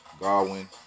Garwin